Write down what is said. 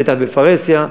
בטח בפרהסיה,